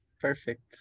Perfect